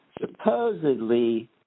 supposedly